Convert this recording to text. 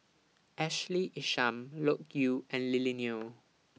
Ashley Isham Loke Yew and Lily Neo